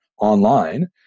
online